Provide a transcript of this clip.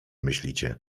myślicie